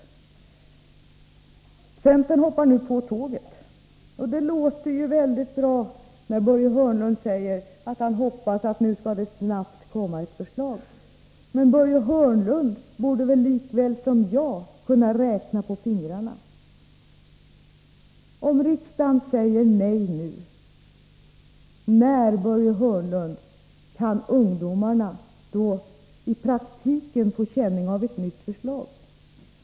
Centern hoppar nu på tåget. Det låter mycket bra när Börje Hörnlund säger att han hoppas att det snabbt skall komma ett förslag. Men Börje Hörnlund borde lika väl som jag kunna räkna på fingrarna. Om riksdagen säger nej nu, när kan då ungdomarna i praktiken få känning av ett nytt förslag?